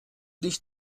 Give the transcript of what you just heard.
dich